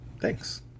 thanks